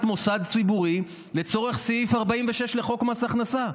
מוסד ציבורי לצורך סעיף 46 לפקודת מס הכנסה.